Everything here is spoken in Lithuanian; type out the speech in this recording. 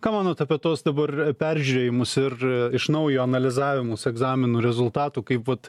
ką manot apie tuos dabar peržiūrėjimus ir iš naujo analizavimus egzaminų rezultatų kaip vat